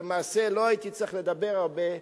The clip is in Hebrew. כשלמעשה לא הייתי צריך לדבר הרבה,